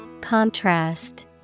Contrast